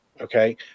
okay